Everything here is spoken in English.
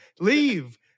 leave